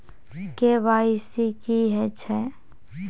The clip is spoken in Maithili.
के.वाई.सी की हय छै?